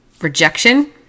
rejection